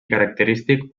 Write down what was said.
característic